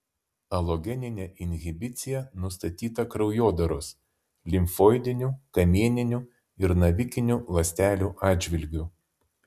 alogeninė inhibicija nustatyta kraujodaros limfoidinių kamieninių ir navikinių ląstelių atžvilgiu